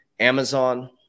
Amazon